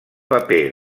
paper